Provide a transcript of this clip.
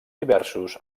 diversos